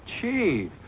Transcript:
Chief